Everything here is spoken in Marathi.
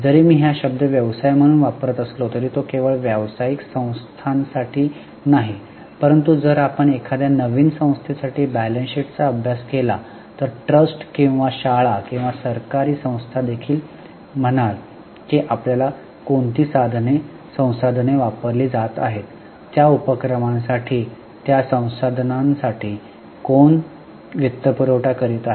जरी मी हा शब्द व्यवसाय म्हणून वापरत असलो तरी तो केवळ व्यावसायिक संस्थांसाठी नाही परंतु जर आपण एखाद्या नवीन संस्थे साठी बॅलन्सशीटचा अभ्यास केला तर ट्रस्ट किंवा शाळा किंवा सरकारी संस्था देखील म्हणाल की आपल्याला कोणती संसाधने वापरली जात आहेत त्या उपक्रमांसाठी आणि त्या संसाधनांसाठी कोण वित्तपुरवठा करीत आहेत